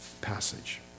passage